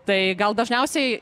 tai gal dažniausiai